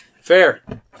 Fair